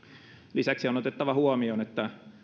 lisäksi on otettava huomioon että